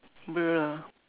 bruh